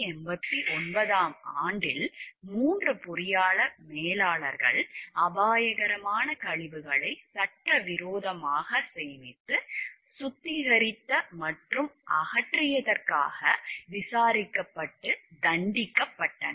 1989 ஆம் ஆண்டில் 3 பொறியாளர் மேலாளர்கள் அபாயகரமான கழிவுகளை சட்டவிரோதமாக சேமித்து சுத்திகரித்த மற்றும் அகற்றியதற்காக விசாரிக்கப்பட்டு தண்டிக்கப்பட்டனர்